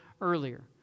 earlier